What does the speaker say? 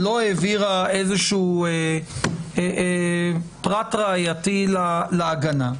לא העבירה איזה שהוא פרט ראייתי להגנה.